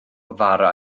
fara